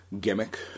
gimmick